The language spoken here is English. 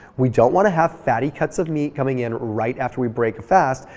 we don't want to have fatty cuts of meat coming in right after we break a fast,